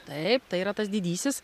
taip tai yra tas didysis